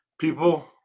People